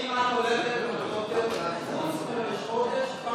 האם את הולכת לכותל חוץ מראש חודש,